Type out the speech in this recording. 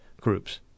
groups